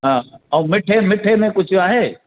हा ऐं मिठे मिठे में कुझु आहे